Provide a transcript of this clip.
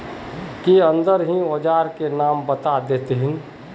के अंदर ही औजार के नाम बता देतहिन?